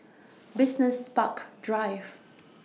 Business Park Drive